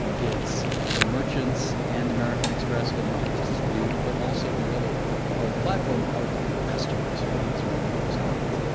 it's the merchants and american express getting into this dispute, but also the other part of the platform are the customers who use american express cards.